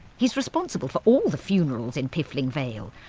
he's responsible for all the funerals in piffling vale,